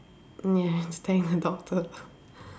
mm ya I must thank the doctor